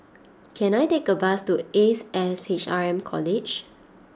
can I take a bus to Ace S H R M College